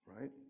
right